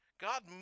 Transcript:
God